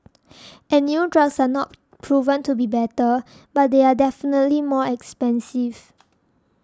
and new drugs are not proven to be better but they are definitely more expensive